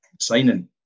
signing